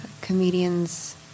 comedians